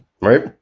right